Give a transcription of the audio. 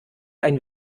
ein